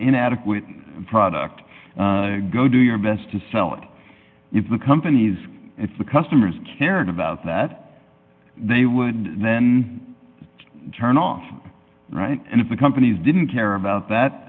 inadequate product to go do your best to sell it if the companies if the customers cared about that they would then turn off and if the companies didn't care about that